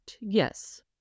Yes